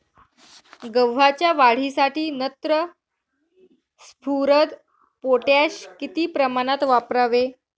गव्हाच्या वाढीसाठी नत्र, स्फुरद, पोटॅश किती प्रमाणात वापरावे?